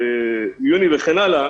יוני וכן הלאה.